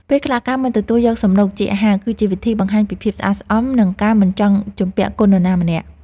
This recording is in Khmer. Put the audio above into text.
ពេលខ្លះការមិនទទួលយកសំណូកជាអាហារគឺជាវិធីបង្ហាញពីភាពស្អាតស្អំនិងការមិនចង់ជំពាក់គុណនរណាម្នាក់។